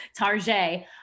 Tarjay